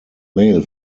mail